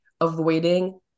avoiding